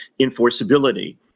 enforceability